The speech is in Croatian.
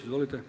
Izvolite.